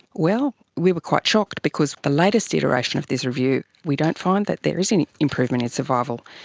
well, we were quite shocked because the latest iteration of this review, we don't find that there is any improvement in survival.